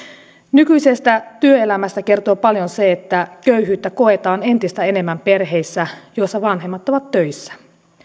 nykyisestä työelämästä kertoo paljon se että köyhyyttä koetaan entistä enemmän perheissä joissa vanhemmat ovat töissä